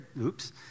oops